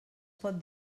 pot